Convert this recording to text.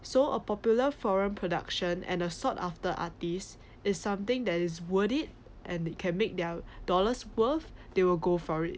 so a popular foreign production and a sort of the artist is something that is worth it and they can make their dollar's worth they will go for it